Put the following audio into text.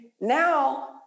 now